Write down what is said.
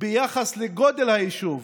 ביחס לגודל היישוב